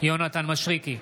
יונתן מישרקי,